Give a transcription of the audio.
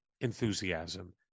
enthusiasm